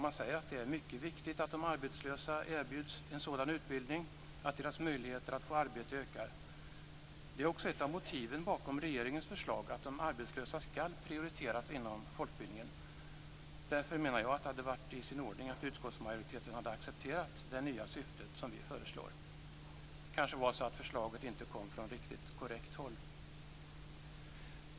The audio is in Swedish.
Man säger att det är mycket viktigt att de arbetslösa erbjuds en sådan utbildning att deras möjligheter att få ett arbete ökar. Det är också ett av motiven bakom regeringens förslag, att de arbetslösa skall prioriteras inom folkbildningen. Därför hade det varit i sin ordning att utskottsmajoriteten hade accepterat det nya syfte som vi föreslår. Men förslaget kom kanske inte från riktigt korrekt håll.